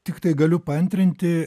tiktai galiu paantrinti